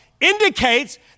indicates